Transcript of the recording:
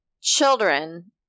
children